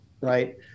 right